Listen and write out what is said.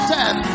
death